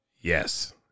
Yes